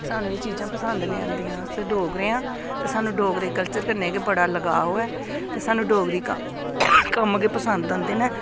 सानूं एह् चीजां पसंद निं आंदियां अस डोगरे आं ते सानूं डोगरे कल्चर कन्नै गै बड़ा लगाव ऐ ते सानूं डोगरी कम्म गै पसंद आंदे न